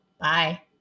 Bye